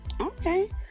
Okay